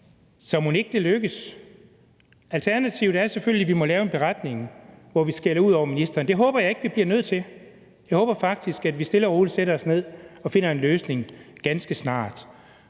Så mon ikke det lykkes? Alternativet er selvfølgelig, at vi må lave en beretning, hvor vi skælder ud over ministeren. Det håber jeg ikke vi bliver nødt til. Jeg håber faktisk, at vi stille og roligt sætter os ned og finder en løsning ganske snart.